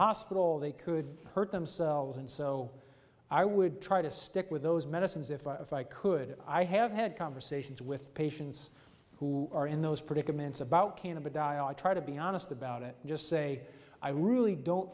hospital they could hurt themselves and so i would try to stick with those medicines if i could i have had conversations with patients who are in those predicaments about canada die i try to be honest about it just say i really don't